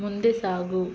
ಮುಂದೆ ಸಾಗು